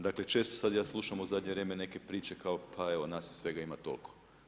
Dakle, često sad ja slušam u zadnje vrijeme neke priče kao, pa evo nas svega ima toliko.